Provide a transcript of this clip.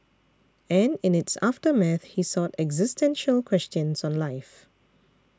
and in its aftermath he sought existential questions on life